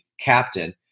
captain